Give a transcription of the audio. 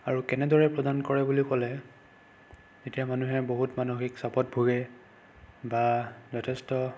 আৰু কেনেদৰে প্ৰদান কৰে বুলি ক'লে এতিয়া মানুহে বহুত মানসিক চাপত ভুগে বা যথেষ্ট